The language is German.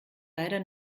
leider